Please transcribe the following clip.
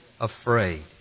afraid